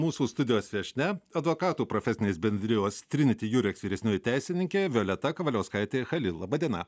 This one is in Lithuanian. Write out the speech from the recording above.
mūsų studijos viešnia advokatų profesinės bendrijos triniti jureks vyresnioji teisininkė violeta kavaliauskaitė chalil laba diena